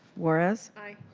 juarez. aye.